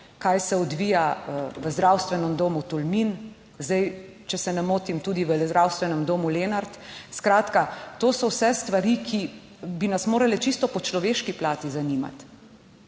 kaj se odvija v Zdravstvenem domu Tolmin, zdaj, če se ne motim, tudi v Zdravstvenem domu Lenart, skratka, to so vse stvari, ki bi nas morale čisto po človeški plati zanimati,